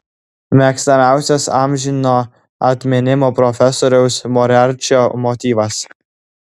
mėgstamiausias amžino atminimo profesoriaus moriarčio motyvas